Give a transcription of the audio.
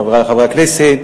חברי חברי הכנסת,